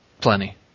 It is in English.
Plenty